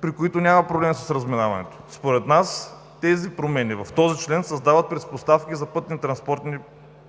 при които няма проблем с разминаването. Според нас тези промените в този член създават предпоставки за пътно-транспортни